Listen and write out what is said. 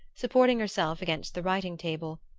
supporting herself against the writing-table.